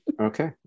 Okay